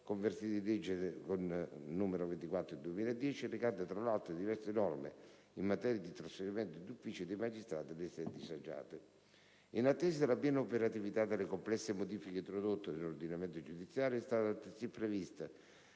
convertito nella legge n. 24 del 2010, recante, tra le altre, diverse norme in materia di trasferimento d'ufficio dei magistrati nelle sedi disagiate. In attesa della piena operatività delle complesse modifiche introdotte all'ordinamento giudiziario è stata altresì prevista